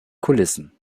kulissen